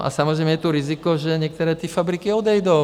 A samozřejmě je tu riziko, že některé fabriky odejdou.